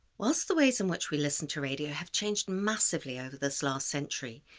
whilst the ways in which we listen to radio have changed massively over this last century,